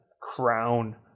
crown